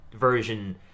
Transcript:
version